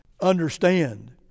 understand